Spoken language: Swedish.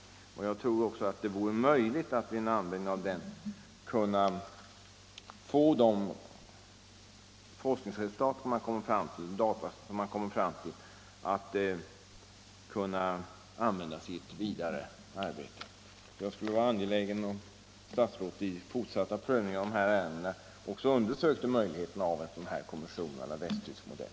Jag tror även att det vore möjligt att i ett vidare arbete använda de forskningsresultat och de data en sådan kommission kan komma fram till. Jag är angelägen om att statsrådet vid den fortsatta prövningen av dessa ärenden också undersöker möjligheten att pröva en sådan här kommission av västtysk modell.